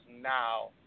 now